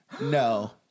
no